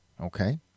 Okay